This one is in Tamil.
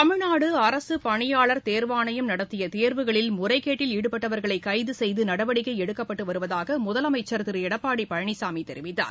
தமிழ்நாடு அரசு பணியாளர் தேர்வாணையம் நடத்திய தேர்வுகளில் முறைகேட்டில் ஈடுபட்டவர்களை கைது செய்து நடவடிக்கை எடுக்கப்பட்டு வருவதாக முதலமைச்சர் திரு எடப்பாடி பழனிசாமி தெரிவித்தார்